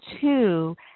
two